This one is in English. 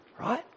Right